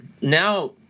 now